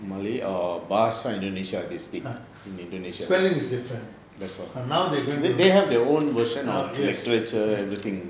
ah spelling is different but now they going to err yes